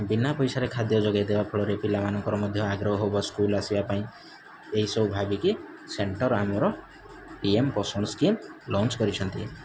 ବିନା ପଇସାରେ ଖାଦ୍ୟ ଯୋଗାଇ ଦେବା ଫଳରେ ପିଲାମାନଙ୍କର ମଧ୍ୟ ଆଗ୍ରହ ହେବ ସ୍କୁଲ୍ ଆସିବା ପାଇଁ ଏଇସବୁ ଭାବିକି ସେଣ୍ଟର୍ ଆମର P M Poshan scheme launch କରିଛନ୍ତି